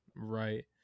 Right